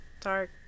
dark